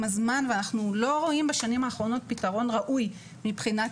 הזמן ואנחנו לא רואים בשנים האחרונות פתרון ראוי מבחינת